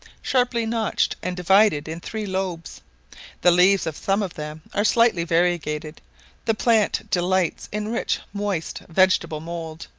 sharply notched, and divided in three lobes the leaves of some of them are slightly variegated the plant delights in rich moist vegetable mould,